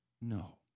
No